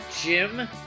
Jim